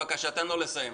הסדרה.